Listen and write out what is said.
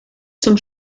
zum